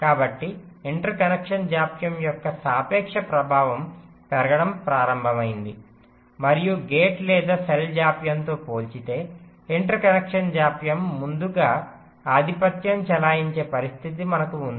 కాబట్టి interconnection జాప్యం యొక్క సాపేక్ష ప్రభావం పెరగడం ప్రారంభమైంది మరియు గేట్ లేదా సెల్ జాప్యం తో పోల్చితే ఇంటర్ కనెక్షన్ జాప్యం ముందుగా ఆధిపత్యం చెలాయించే పరిస్థితి మనకు ఉంది